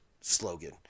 slogan